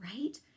Right